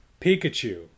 Pikachu